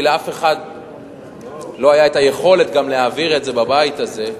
כי לאף אחד לא היתה היכולת גם להעביר את זה בבית הזה,